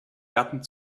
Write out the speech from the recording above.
gatten